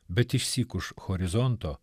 bet išsyk už horizonto